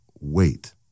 wait